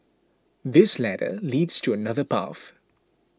this ladder leads to another path